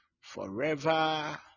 forever